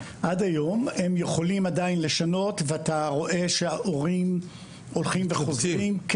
הם יכולים עדיין לשנות ואתה רואה שההורים הולכים וחוזרים,